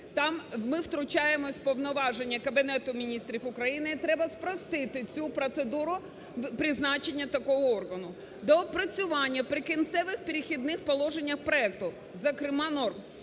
там ми втручаємося у повноваження Кабінету Міністрів України, треба спростити цю процедуру призначення такого органу. Доопрацювання "Прикінцевих", "Перехідних положень" проекту, зокрема, норм: